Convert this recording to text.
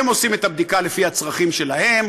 הן עושות את הבדיקה לפי הצרכים שלהן,